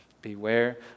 Beware